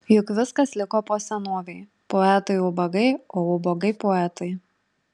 juk viskas liko po senovei poetai ubagai o ubagai poetai